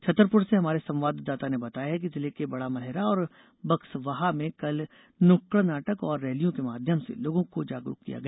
छतरपुर से हमारे संवाददाता ने बताया है कि जिले के बड़ामलहरा और बक्सवाहा में कल नुक्कड़ नाटक और रैलियों के माध्यम से लोगों को जागरूक किया गया